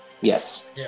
Yes